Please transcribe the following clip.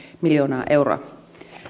miljoonaa euroa